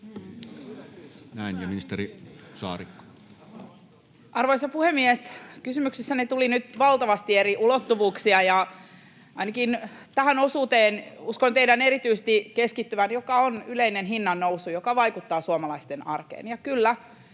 Arvoisa puhemies! Kysymyksessänne tuli nyt valtavasti eri ulottuvuuksia, ja uskon teidän erityisesti keskittyvän ainakin tähän osuuteen, joka on yleinen hinnannousu, joka vaikuttaa suomalaisten arkeen.